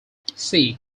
see